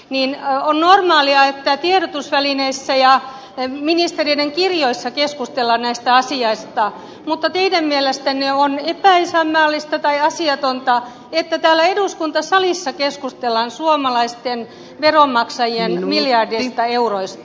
niin ja onhan sormi epäisänmaallisuuslankaanne ja ministereiden kirjoissa keskustellaan näistä asioista mutta teidän mielestänne on epäisänmaallista tai asiatonta että täällä eduskuntasalissa keskustellaan suomalaisten veronmaksajien miljardeista euroista